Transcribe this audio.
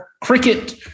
Cricket